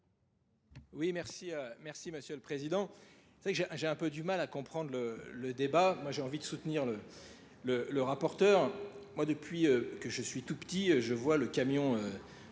Oui, merci. Merci, Monsieur le Président. J'ai un peu du mal à comprendre le débat. J'ai envie de soutenir le rapporteur. Depuis que je suis tout petit, je vois le camion